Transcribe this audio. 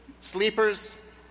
Sleepers